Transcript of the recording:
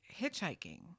hitchhiking